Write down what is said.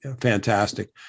fantastic